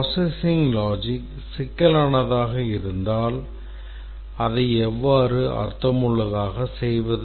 Processing logic சிக்கலானதாக இருந்தால் அதை எவ்வாறு அர்த்தமுள்ளதாக செய்வது